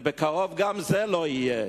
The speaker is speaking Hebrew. בקרוב גם זה לא יהיה,